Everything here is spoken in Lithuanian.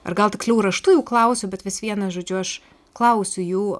ar gal tiksliau raštu jų klausiu bet vis vien žodžiu aš klausiu jų